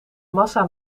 massa